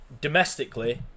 domestically